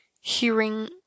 hearing